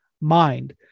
mind